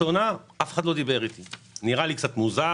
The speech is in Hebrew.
נראה לי קצת מוזר